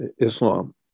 Islam